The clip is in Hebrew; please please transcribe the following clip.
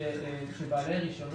של בעלי רישיון